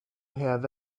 have